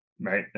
right